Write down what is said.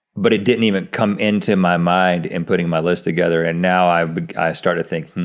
but it didn't even come into my mind in putting my list together and now i'm starting to think,